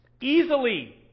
Easily